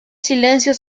silencio